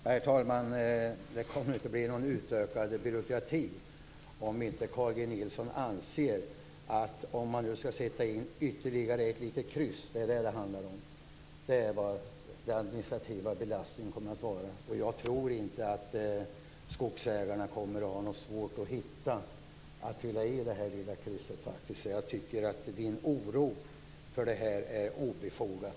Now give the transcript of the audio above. Herr talman! Det kommer inte att bli någon utökad byråkrati, om inte Carl G Nilsson anser att ytterligare ett litet kryss är fråga om byråkrati. Det är den administrativa belastningen. Jag tror inte att skogsägarna kommer att ha svårt att fylla i krysset. Jag tycker att Carl G Nilssons oro är obefogad.